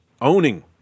owning